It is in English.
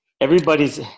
everybody's